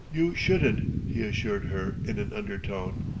you shouldn't, he assured her in an undertone.